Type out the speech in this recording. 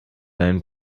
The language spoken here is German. deinen